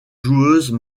joueuses